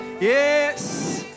yes